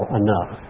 enough